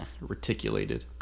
Reticulated